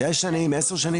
שש שנים אחורה, עשר שנים?